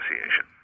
association